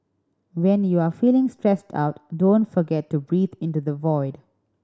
when you are feeling stressed out don't forget to breathe into the void